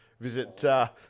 visit